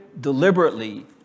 deliberately